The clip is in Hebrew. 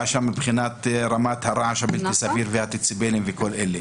שם מבחינת רמת הרעש הבלתי סביר והדציבלים וכל אלה.